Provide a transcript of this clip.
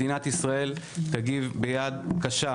מדינת ישראל תגיד ביד קשה